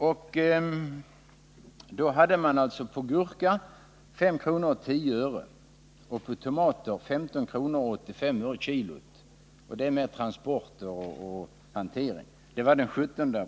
Den 17 april hade man på gurka 5:10 kr. och på tomater 15:85 kr. per kilogram med transport och hantering. Den 18 april hade